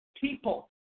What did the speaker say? people